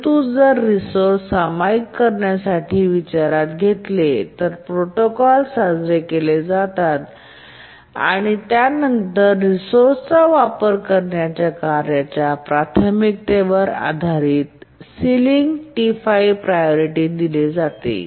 परंतु जर रिसोअर्स सामायिक करण्यासाठी विचारात घेतलेले प्रोटोकॉल साजरे केले जातात आणि नंतर त्या रिसोअर्साचा वापर करण्याच्या कार्यांच्या प्राथमिकतेवर आधारित सिलिंग T5 प्रायोरिटी दिले जाते